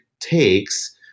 takes